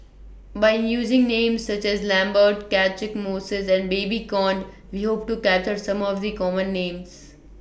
By using Names such as Lambert Catchick Moses and Babes Conde We Hope to capture Some of The Common Names